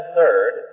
third